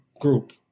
group